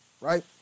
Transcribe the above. right